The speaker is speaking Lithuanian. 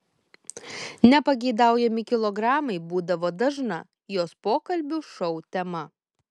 nepageidaujami kilogramai būdavo dažna jos pokalbių šou tema